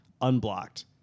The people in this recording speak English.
unblocked